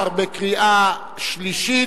התשע"א 2011,